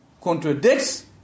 contradicts